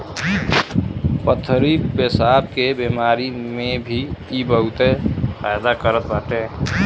पथरी पेसाब के बेमारी में भी इ बहुते फायदा करत बाटे